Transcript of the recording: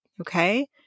okay